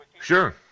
Sure